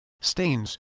stains